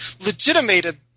legitimated